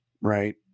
right